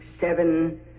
Seven